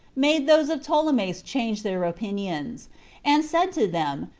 made those of ptolemais change their opinions and said to them,